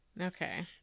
Okay